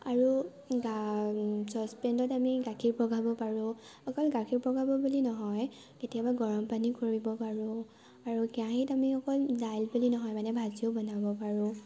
আৰু চ'চপেনত আমি গাখীৰ বঢ়াব পাৰোঁ অকল গাখীৰ পগাব বুলি নহয় কেতিয়াবা গৰম পানীও কৰিব পাৰোঁ আৰু কেৰাহিত অকল দাইল বুলি নহয় মানে ভাজিও বনাব পাৰোঁ